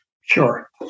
sure